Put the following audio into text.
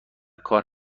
کار